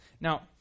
Now